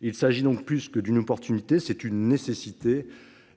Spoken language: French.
Il s'agit donc plus que d'une occasion à saisir : c'est une nécessité,